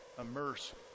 immerse